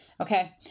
Okay